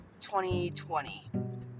2020